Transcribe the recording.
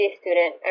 student